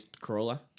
Corolla